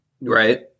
Right